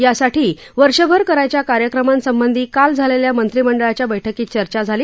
यासाठी वर्षभर करायच्या कार्यक्रमांसंबंधी काल झालेल्या मंत्रीमंडळाच्या बैठकीत चर्चा झाली